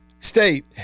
State